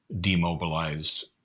demobilized